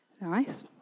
Nice